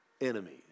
enemies